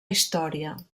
història